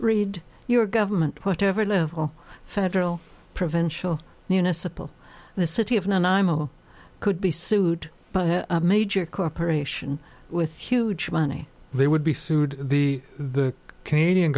read your government whatever level federal provincial municipal the city of new and imo could be sued but a major corporation with huge money they would be sued the the canadian